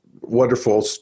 wonderful